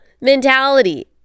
mentality